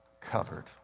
covered